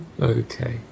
Okay